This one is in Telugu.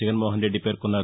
జగన్మోహన్ రెడ్డి పేర్కొన్నారు